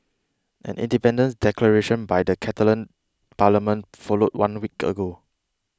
an independence declaration by the Catalan parliament followed one week ago